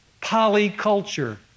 polyculture